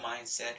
mindset